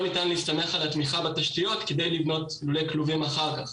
ניתן להסתמך על התמיכה בתשתיות כדי לבנות לולי כלובים אחר כך.